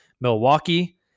Milwaukee